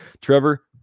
Trevor